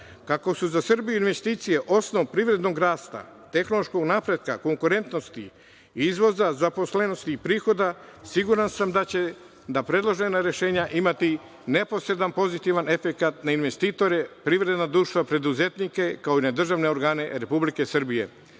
su za Srbiju investicije osnov privrednog rasta, tehnološkog napretka, konkurentnosti, izvoza, zaposlenosti i prihoda siguran sam da će predložena rešenja imati neposredan pozitivan efekat na investitore, privredna društva, preduzetnike, kao i na državne organe Republike Srbije.